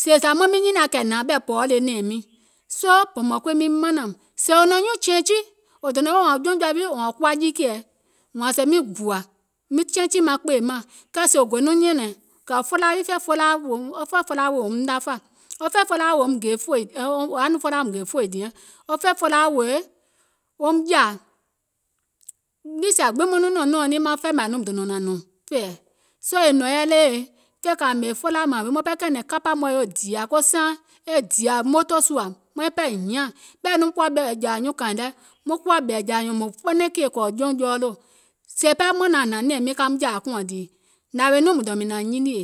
sèè z maŋ miŋ nyiniȧŋ kɛ̀ è hnȧŋ ɓɛ̀ɛ̀pɔ̀ɔ le nɛ̀ɛ̀ŋ miìŋ, soo bɔ̀mɔ̀ŋ kuii miŋ manȧùm, wò nɔ̀ŋ nyuùŋ chɛ̀ɛ̀nchi wò dònȧŋ woò wȧȧŋ jɔùŋ jɔa wii kuwa jiikɛ̀ɛ, wȧȧŋ tɔ̀ miŋ bùȧ, miŋ chɛɛnchì maŋ kpèèim mȧŋ, wò ɓemȧŋ kii mɔ̀ɛ̀ wo ka woiŋ kpɛ̀nɛ̀ŋ ɓɛ̀ joo, wo felaa mȧȧŋ wii mauŋ kɛɛnɛ̀ŋ niì sìa gbiŋ mùŋ yaȧ nɔŋ aŋ dȧwium nyȧŋ kɔɔ kȧwoùŋ, e nɛ̀ŋ gbiŋ naȧùm fòlò sùȧ, maŋ nɔŋ nɔ̀ŋ ke yɛɛ̀ mȧȧŋ kii, e gòla nɔŋ nȧŋ nɔ̀ŋ jeum nɛ̀ŋ, muŋ naȧŋ wa nȧwèè nɔ̀ŋ keì kɛnɛ sùȧ,